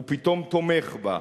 הוא פתאום תומך בה,